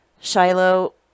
Shiloh